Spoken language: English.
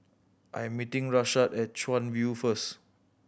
I am meeting Rashaad at Chuan View first